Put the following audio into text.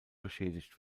beschädigt